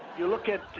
you look at,